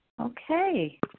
Okay